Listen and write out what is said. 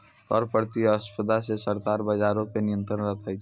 कर प्रतिस्पर्धा से सरकार बजारो पे नियंत्रण राखै छै